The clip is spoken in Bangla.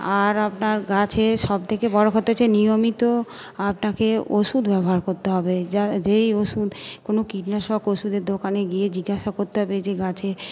আর আপনার গাছের সব থেকে বড়ো কথা হচ্ছে নিয়মিত আপনাকে ওষুধ ব্যবহার করতে হবে যেই ওষুধ কোনো কীটনাশক ওষুধের দোকানে গিয়ে জিজ্ঞাসা করতে হবে যে গাছে